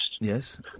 Yes